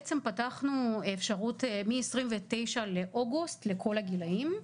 בעצם פתחנו את האפשרות מ-29 באוגוסט לכל הגילאים,